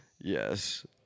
yes